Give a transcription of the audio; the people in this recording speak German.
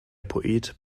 poet